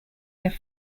their